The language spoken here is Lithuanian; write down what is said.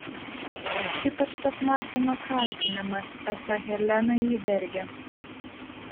ypač tas martino kaltinimas esą helena jį dergia